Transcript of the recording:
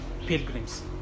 pilgrims